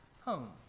home